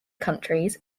countries